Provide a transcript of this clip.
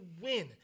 win